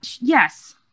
Yes